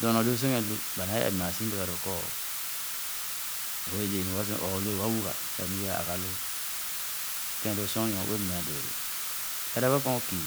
Dɔɔna dēē o’sikēn lu, ba nu ɛp naasi bega dōō kɔ meh o’wèè dé nu wa si or o’lu‘e wa wuga sah nu be’a agha lōō. Kēn lō sir nyor-ue mea dōō lō. Ereba kēn o’kü,